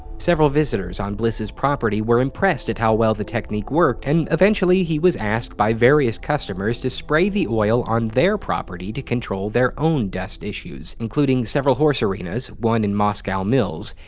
several visitors on bliss's property were impressed at how well the technique worked, and eventually, he was asked various customers to spray the oil on their property to control their own dust issues, including several horse arenas, one in moscow mills,